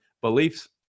beliefs